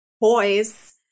boys